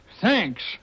Thanks